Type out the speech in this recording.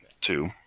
Two